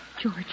George